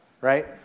Right